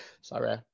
Sorry